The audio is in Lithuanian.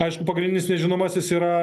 aišku pagrindinis nežinomasis yra